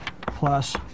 plus